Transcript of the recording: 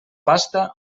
pasta